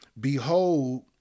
Behold